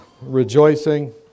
rejoicing